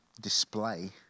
display